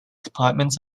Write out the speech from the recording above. department